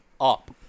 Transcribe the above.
up